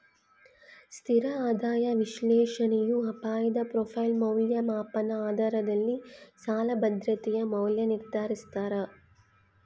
ಸ್ಥಿರ ಆದಾಯ ವಿಶ್ಲೇಷಣೆಯು ಅಪಾಯದ ಪ್ರೊಫೈಲ್ ಮೌಲ್ಯಮಾಪನ ಆಧಾರದಲ್ಲಿ ಸಾಲ ಭದ್ರತೆಯ ಮೌಲ್ಯ ನಿರ್ಧರಿಸ್ತಾರ